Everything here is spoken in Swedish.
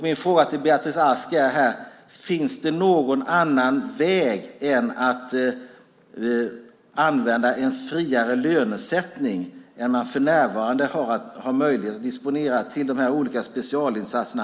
Min fråga till Beatrice Ask är: Finns det någon annan väg än att använda en friare lönesättning än den man för närvarande har möjlighet att disponera för de olika specialinsatserna?